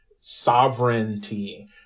sovereignty